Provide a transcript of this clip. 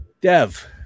Dev